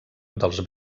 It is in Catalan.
dels